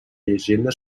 llegenda